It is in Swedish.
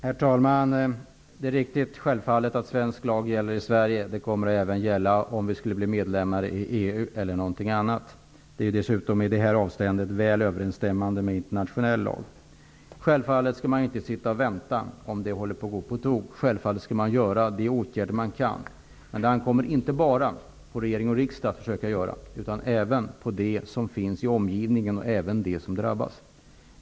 Herr talman! Det är självfallet riktigt att svensk lag gäller i Sverige. Den kommer även att gälla om vi skulle bli medlemmar i EU eller någonting annat. Den är dessutom i detta avseende väl överensstämmande med internationell lag. Man skall självfallet inte sitta och vänta om det håller på att gå på tok. Man skall vidta de åtgärder man kan. Men det ankommer inte bara på regering och riksdag att försöka agera, utan även på dem som finns i omgivningen och på dem som drabbas.